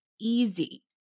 easy